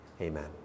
Amen